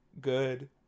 good